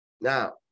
Now